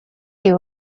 you